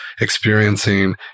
experiencing